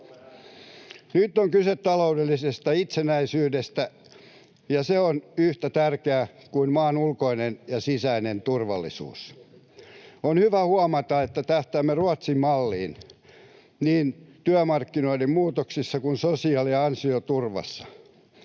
Nyt on kyse taloudellisesta itsenäisyydestä, ja se on yhtä tärkeää kuin maan ulkoinen ja sisäinen turvallisuus. On hyvä huomata, että tähtäämme Ruotsin-malliin niin työmarkkinoiden muutoksissa kuin sosiaali- ja ansioturvassa.